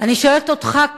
אני שואלת אותך,